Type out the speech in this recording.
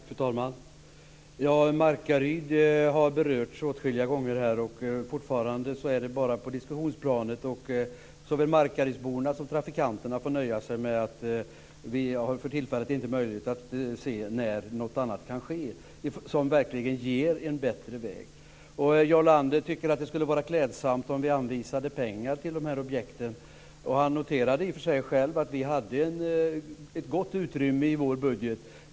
Fru talman! Markaryd har berörts åtskilliga gånger här. Fortfarande är det bara på diskussionsplanet. Såväl markarydsborna som trafikanterna får nöja sig med att vi för tillfället inte har någon möjlighet att se när någonting kan ske som verkligen ger en bättre väg. Jarl Lander tycker att det skulle vara klädsamt om vi anvisade pengar till objekten. Han noterade i och för sig att vi hade ett gott utrymme i vår budget.